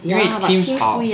因为 teams 好